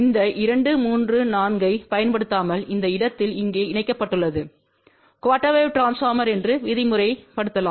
இந்த 2 3 4 ஐப் பயன்படுத்தாமல் இந்த இடத்தில் இங்கே இணைக்கப்பட்டுள்ளது குஆர்டெர் வேவ் டிரான்ஸ்பார்மர் என்று விதிமுறைலலாம்